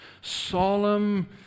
solemn